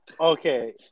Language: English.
Okay